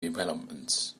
developments